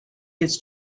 his